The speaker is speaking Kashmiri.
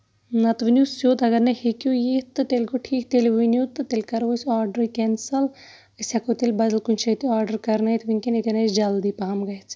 نہ تہٕ ؤنِو سیٚود اَگر نَے ہٮ۪کِو یِتھ تہٕ تیٚلہِ گوٚو ٹھیٖک تیلہِ ؤنِو تہٕ تیٚلہِ کَرو أسۍ آرڈر کینسل أسۍ ہٮ۪کو تیلہِ بدل کُنہِ جایہِ تہِ آرڈر کرنٲیِتھ وٕنکیٚن ییٚتین اَسہِ جلدی پہم گژھِ